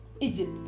egypt